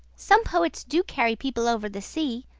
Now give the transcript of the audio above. some poets do carry people over the sea.